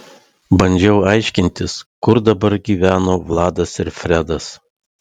bandžiau aiškintis kur dabar gyveno vladas ir fredas